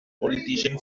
politician